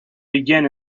begin